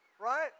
right